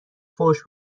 فحش